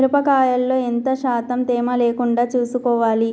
మిరప కాయల్లో ఎంత శాతం తేమ లేకుండా చూసుకోవాలి?